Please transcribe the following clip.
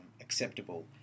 acceptable